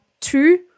two